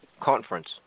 conference